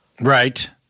Right